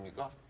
go,